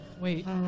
Wait